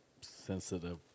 sensitive